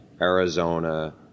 Arizona